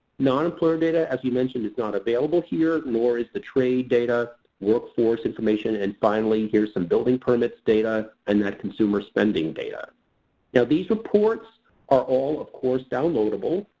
non-employer data as i mentioned is not available here, nor is the trade data workforce information, and finally, here's some building permits data. and that consumer spending data. now these reports are all, of course, downloadable.